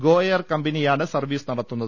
ഗോഎയർ കമ്പനിയാ ണ് സർവ്വീസ് നടത്തുന്നത്